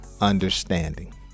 understanding